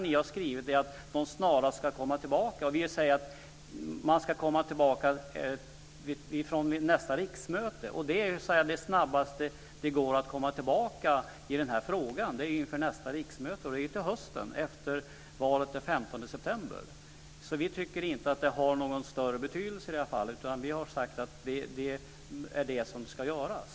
Ni har skrivit att man snarast ska komma tillbaka, och vi säger att man ska komma tillbaka vid nästa riksmöte. Det snabbaste man kan komma tillbaka i den här frågan är vid nästa riksmöte, och det är till hösten efter valet den 15 september. Så vi tycker inte att det har någon större betydelse i det här fallet. Vi har sagt att det är vad som ska göras.